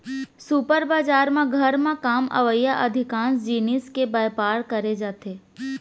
super बजार म घर म काम अवइया अधिकांस जिनिस के बयपार करे जाथे